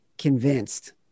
convinced